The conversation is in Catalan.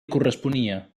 corresponia